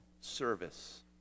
service